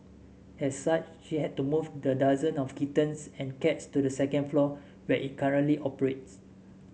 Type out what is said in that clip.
as such she had to move the dozen of kittens and cats to the second floor where it currently operates